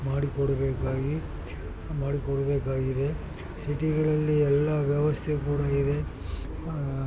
ಮಾಡಿಕೊಡಬೇಕಾಗಿ ಮಾಡಿಕೊಡಬೇಕಾಗಿದೆ ಸಿಟಿಗಳಲ್ಲಿ ಎಲ್ಲ ವ್ಯವಸ್ಥೆ ಕೂಡ ಇದೆ